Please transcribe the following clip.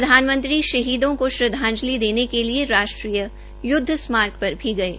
प्रधानमंत्री शहीदों को श्रद्वाजंलि देने के लिये राष्ट्रीय युद्व स्माकर पर भी गये